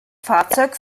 fahrzeug